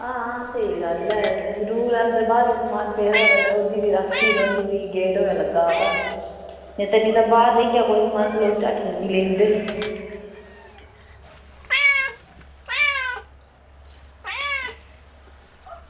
आं स्हेई गल्ल ऐ जरूर अंदर बाहर कोई समान पेदा होऐ ते ओह्दी भी राक्खी गै रौहंदी गेट लग्गा होऐ तां ते कोई बाहर रेही जा समान तां लोग झट्ट चुक्की लेई जंदे